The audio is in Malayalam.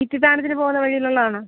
ഇത്തിത്താനത്തിന് പോവുന്ന വഴിയിൽ ഉള്ളതാണോ